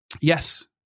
yes